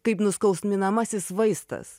kaip nuskausminamasis vaistas